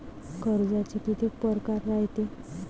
कर्जाचे कितीक परकार रायते?